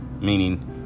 meaning